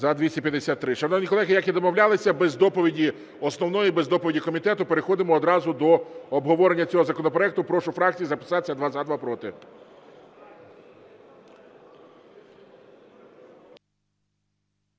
За-253 Шановні колеги, як і домовлялися, без доповіді основної, без доповіді комітету, переходимо одразу до обговорення цього законопроекту. Прошу фракції записатися: два – за,